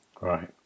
Right